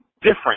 different